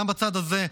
וגם בצד הזה,